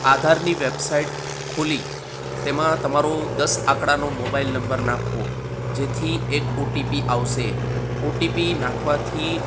આધારની વેબસાઇટ ખૂલી તેમાં તમારો દસ આંકડાનો મોબાઈલ નંબર નાખવો જેથી એક ઓટીપી આવશે ઓટીપી નાખવાથી